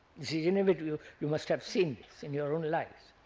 is inevitable, you must have seen this in your own lives.